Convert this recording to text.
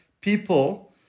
people